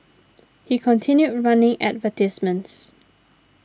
he continued running advertisements